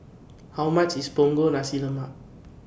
How much IS Punggol Nasi Lemak